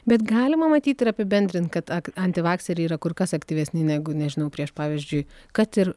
bet galima matyt ir apibendrin kad ak antivakseriai ir yra kur kas aktyvesni negu nežinau prieš pavyzdžiui kad ir